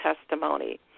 testimony